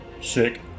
Sick